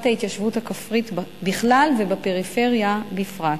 ההתיישבות הכפרית בכלל ובפריפריה בפרט.